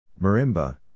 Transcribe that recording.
Marimba